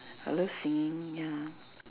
I love singing ya